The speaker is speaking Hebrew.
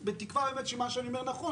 בתקווה באמת שמה שאני אומר נכון,